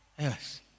Yes